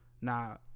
Now